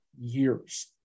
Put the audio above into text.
years